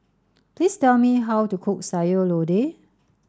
please tell me how to cook Sayur Lodeh